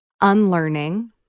unlearning